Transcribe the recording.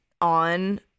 on